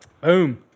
Boom